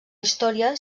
història